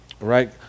Right